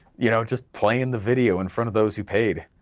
you know just playing the video in front of those who paid,